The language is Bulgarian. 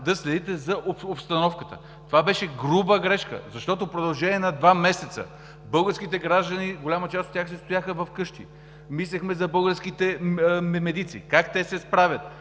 да следите за обстановката. Това беше груба грешка! Защото в продължение на два месеца българските граждани – голяма част от тях си стояха вкъщи, мислехме за българските медици: как се справят,